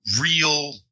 real